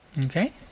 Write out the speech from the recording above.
Okay